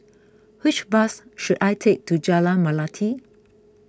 which bus should I take to Jalan Melati